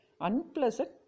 unpleasant